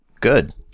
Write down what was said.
Good